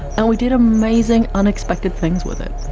and we did amazing, unexpected, things with it.